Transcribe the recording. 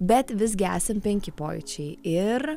bet visgi esam penki pojūčiai ir